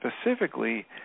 specifically